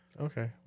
Okay